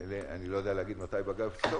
אני לא יודע מתי בג"ץ יפסוק,